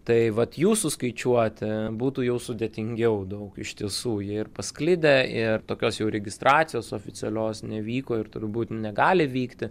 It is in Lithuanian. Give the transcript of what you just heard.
tai vat jų suskaičiuoti būtų jau sudėtingiau daug iš tiesų jie ir pasklidę ir tokios jau registracijos oficialios nevyko ir turbūt negali vykti